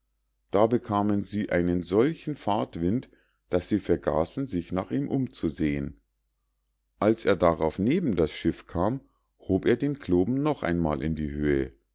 da bekamen sie einen solchen fahrwind daß sie vergaßen sich nach ihm umzusehen als er darauf neben das schiff kam hob er den kloben noch einmal in die höhe